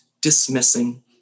dismissing